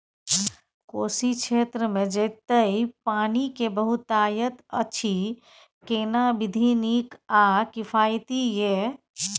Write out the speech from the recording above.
कोशी क्षेत्र मे जेतै पानी के बहूतायत अछि केना विधी नीक आ किफायती ये?